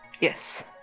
Yes